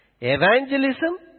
Evangelism